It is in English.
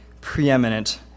preeminent